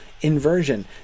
inversion